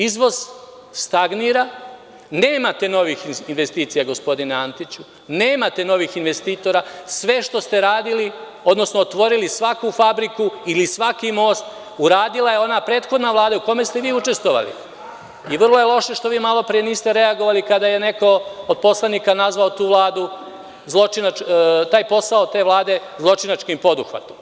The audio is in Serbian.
Izvoz stagnira, nemate novih investicija gospodine Antiću, nemate novih investitora, sve što ste radili, odnosno otvorili svaku fabriku ili svaki most uradila je ona prethodna Vlada u kojoj ste vi učestvovali i vrlo je loše što vi malopre niste reagovali kada je neko od poslanika nazvao taj posao te Vlade zločinačkim poduhvatom.